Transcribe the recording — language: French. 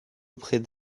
auprès